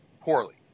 poorly